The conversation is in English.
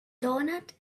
doughnut